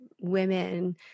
women